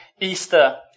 easter